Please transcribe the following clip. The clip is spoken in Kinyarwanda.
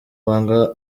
banga